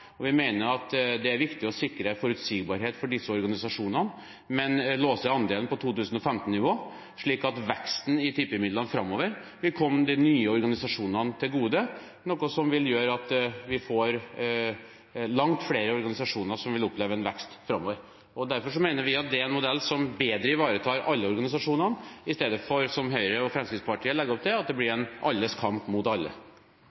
Vi mener det er viktig å sikre forutsigbarhet for disse organisasjonene, men låser andelen på 2015-nivå, slik at veksten i tippemidlene framover vil komme de nye organisasjonene til gode, noe som vil gjøre at vi får langt flere organisasjoner som vil oppleve en vekst framover. Derfor mener vi at det er en modell som bedre ivaretar alle organisasjonene istedenfor, som Høyre og Fremskrittspartiet legger opp til, at det blir en alles kamp mot alle.